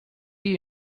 you